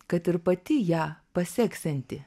kad ir pati ją paseksianti